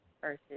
versus